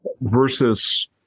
versus